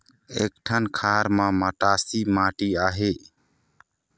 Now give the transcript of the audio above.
एक ठन खार म मटासी माटी आहे?